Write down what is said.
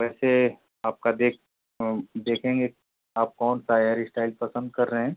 वैसे आपका देख देखेंगे आप कौन सा हेयर इस्टाइल पसंद कर रहे हैं